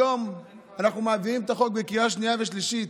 היום אנחנו מעבירים את החוק בקריאה שנייה ושלישית.